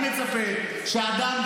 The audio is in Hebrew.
אני מצפה מאדם,